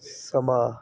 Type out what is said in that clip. ਸਮਾਂ